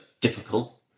difficult